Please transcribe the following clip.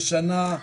ישנה,